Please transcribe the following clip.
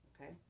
Okay